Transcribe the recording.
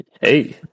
Hey